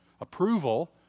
approval